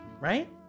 Right